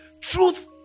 truth